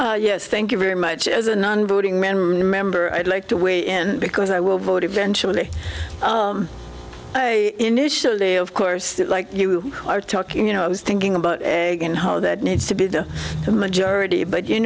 scott yes thank you very much as a non voting man member i'd like to weigh in because i will vote eventually initially of course like you are talking you know i was thinking about egg and how that needs to be the majority but you